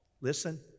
Listen